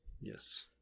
Yes